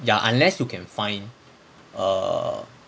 ya unless you can find err